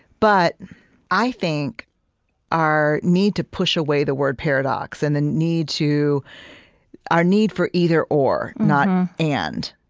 but i think our need to push away the word paradox, and the need to our need for either or, not and,